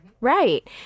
Right